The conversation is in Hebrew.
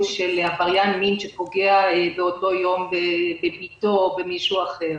של עבריין מין שפוגע באותו יום בבתו או במישהו אחר.